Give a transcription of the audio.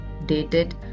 dated